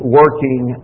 working